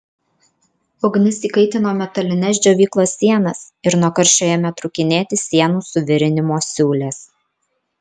ugnis įkaitino metalines džiovyklos sienas ir nuo karščio ėmė trūkinėti sienų suvirinimo siūlės